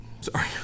sorry